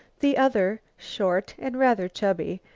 the other, short and rather chubby,